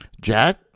Jack